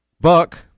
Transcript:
Buck